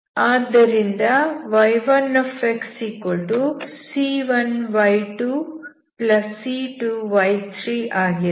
ಆದ್ದರಿಂದ y1c1y2c2y3 ಆಗಿರಲಿ